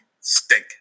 stink